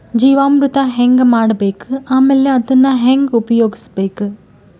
ಜೀವಾಮೃತ ಹೆಂಗ ಮಾಡಬೇಕು ಆಮೇಲೆ ಅದನ್ನ ಹೆಂಗ ಉಪಯೋಗಿಸಬೇಕು?